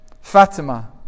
Fatima